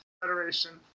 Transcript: Federation